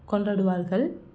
கொண்டாடுவார்கள்